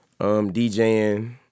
DJing